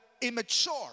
immature